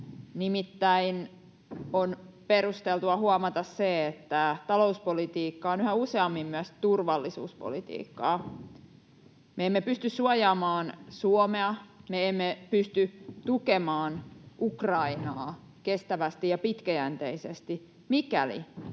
Nimittäin on perusteltua huomata se, että talouspolitiikka on yhä useammin myös turvallisuuspolitiikkaa. Me emme pysty suojaamaan Suomea, me emme pysty tukemaan Ukrainaa kestävästi ja pitkäjänteisesti, mikäli